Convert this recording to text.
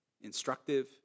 instructive